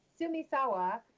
Sumisawa